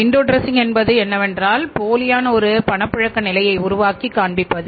window dressing என்பது என்னவென்றால் போலியான ஒரு பணப்புழக்க நிலையை உருவாக்கி காண்பிப்பது